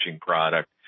product